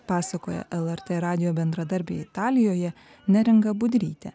pasakoja lrt radijo bendradarbė italijoje neringa budrytė